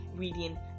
reading